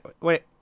wait